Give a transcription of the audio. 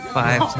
five